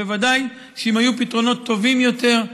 ודאי שאם היו פתרונות טובים יותר,